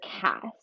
cast